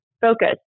focus